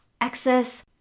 excess